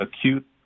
acute